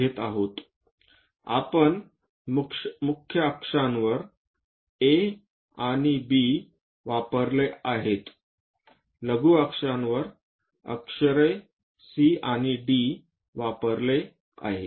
आपण मुख्य अक्षांवर A आणि B वापरले आहोत लघु अक्षांवर अक्षरे C आणि D वापरले आहेत